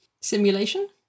Simulation